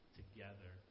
together